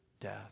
death